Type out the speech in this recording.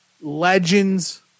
legends